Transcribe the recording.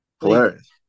hilarious